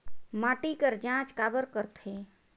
माटी कर जांच काबर करथे?